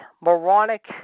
moronic